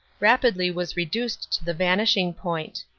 rapidly was reduced to the vanishing point.